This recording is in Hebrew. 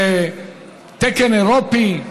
היום, בתקן אירופי.